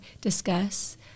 discuss